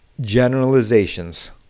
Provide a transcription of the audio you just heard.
generalizations